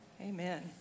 Amen